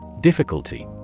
Difficulty